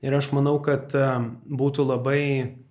ir aš manau kad būtų labai